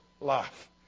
life